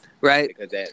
right